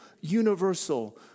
universal